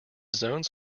zones